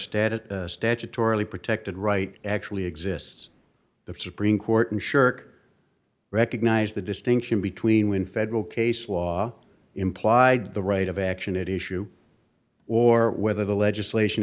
static statutorily protected right actually exists the supreme court and shirk recognize the distinction between when federal case law implied the right of action at issue or whether the legislation